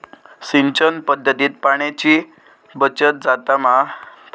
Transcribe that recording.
सिंचन पध्दतीत पाणयाची बचत जाता मा?